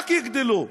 רק יגדלו.